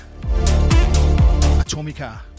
Atomica